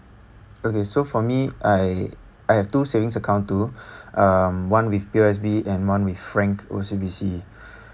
okay so for me I I have two savings account too um one with P_O_S_B and one with frank O_C_B_C